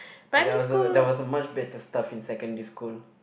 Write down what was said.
there was a there was a much better stuff in secondary school